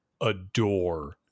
adore